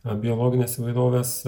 a biologinės įvairovės